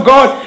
God